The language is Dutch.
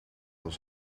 als